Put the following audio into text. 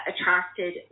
attracted